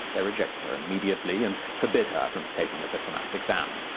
they rejected her immediately, and forbid her from taking the diplomat's exam.